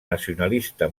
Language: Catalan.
nacionalista